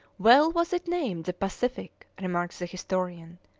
well was it named the pacific, remarks the historian,